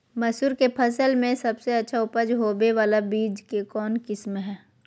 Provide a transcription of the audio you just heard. मसूर के फसल में सबसे अच्छा उपज होबे बाला बीज के कौन किस्म हय?